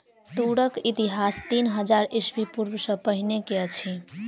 तूरक इतिहास तीन हजार ईस्वी पूर्व सॅ पहिने के अछि